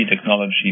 Technology